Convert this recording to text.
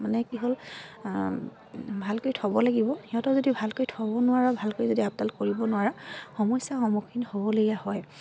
মানে কি হ'ল ভালকৈ থ'ব লাগিব সিহঁতক যদি ভালকৈ থ'ব নোৱাৰা ভালকৈ যদি আপডাল কৰিব নোৱাৰা সমস্যাৰ সন্মুখীন হ'বলগীয়া হয়